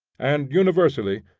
and, universally,